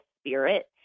spirit